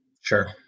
Sure